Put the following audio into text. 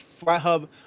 Flathub